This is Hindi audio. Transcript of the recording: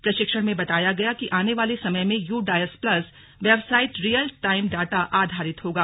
प्रशिक्षण में बताया गया कि आने वाले समय में U DISE plus website real time data आधारित होगा